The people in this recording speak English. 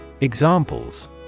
Examples